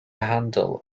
handle